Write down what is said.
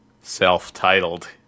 Self-Titled